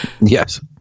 Yes